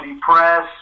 Press